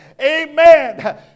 Amen